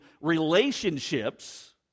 relationships